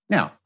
Now